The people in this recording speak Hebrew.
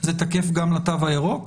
זה תקף גם לתו הירוק?